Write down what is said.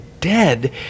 dead